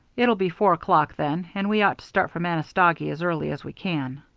it'll be four o'clock then, and we ought to start for manistogee as early as we can.